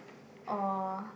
or